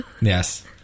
Yes